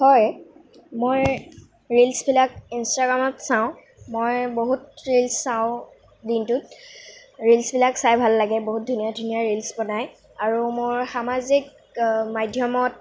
হয় মই ৰীলচবিলাক ইনষ্টাগ্ৰামত চাওঁ মই বহুত ৰীলচ চাওঁ দিনটোত ৰীলচবিলাক চাই ভাল লাগে বহুত ধুনীয়া ধুনীয়া ৰীলচ বনাই আৰু মোৰ সামাজিক মাধ্য়মত